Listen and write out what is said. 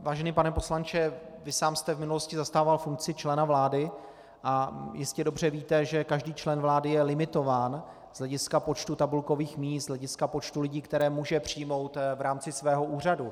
Vážený pane poslanče, vy sám jste v minulosti zastával funkci člena vlády a jistě dobře víte, že každý člen vlády je limitován z hlediska počtu tabulkových míst, z hlediska počtu lidí, které může přijmout v rámci svého úřadu.